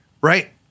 right